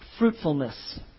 Fruitfulness